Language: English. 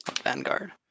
Vanguard